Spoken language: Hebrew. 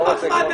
את עולת מחמד.